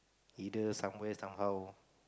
either somewhere somehow